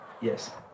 Yes